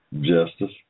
justice